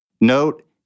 Note